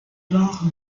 bords